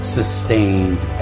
sustained